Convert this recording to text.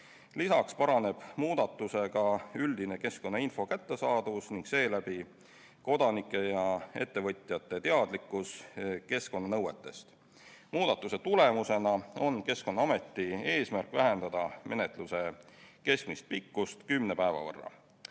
Lisaks paraneb muudatusega üldine keskkonnainfo kättesaadavus ning seeläbi kodanike ja ettevõtjate teadlikkus keskkonnanõuetest. Muudatuse tulemusena on Keskkonnaameti eesmärk vähendada menetluse keskmist pikkust kümne päeva võrra.